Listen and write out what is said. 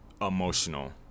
emotional